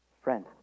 Friend